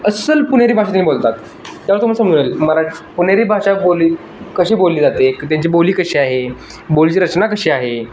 अस्सल पुणेरी भाषेत बोलतात मराठी पुणेरी भाषा बोली कशी बोलली जाते की त्यांची बोली कशी आहे बोलीची रचना कशी आहे